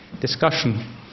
discussion